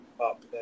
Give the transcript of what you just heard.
up